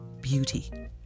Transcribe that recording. beauty